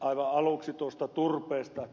aivan aluksi tuosta turpeesta